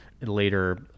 Later